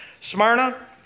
Smyrna